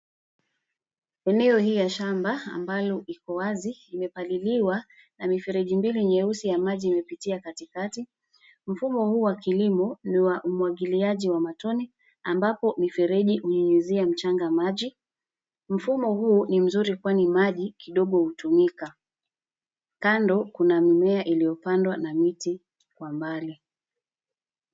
Eneo hii ya shamba ambayo iko wazi imepaliliwa na mifereji mbili nyeusi ya maji imepitia katikati. Mfumo huu wa kilimo ni wa umwagiliaji wa matone, ambapo mifereji hunyunyuzia mchanga maji . Mfumo huu ni nzuri kwani maji kidogo hutumika . Kando kuna mimea iliopandwa na miti kwa mbali.